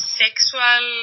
sexual